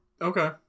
Okay